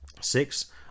six